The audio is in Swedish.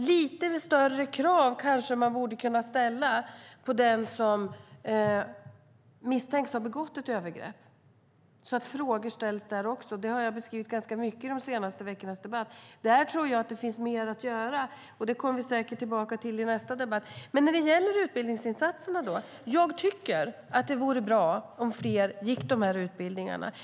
Lite större krav kanske man borde kunna ställa på den som är misstänkt för att ha begått ett övergrepp. Det handlar om att frågor ställs också där. Det har jag beskrivit ganska mycket under de senaste veckornas debatt. Där tror jag att det finns mer att göra, och det kommer vi säkert tillbaka till i nästa debatt. Men när det gäller utbildningsinsatserna tycker jag att det vore bra om fler gick de här utbildningarna.